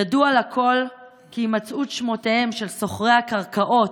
ידוע לכול כי הימצאות שמותיהם של סוחרי הקרקעות,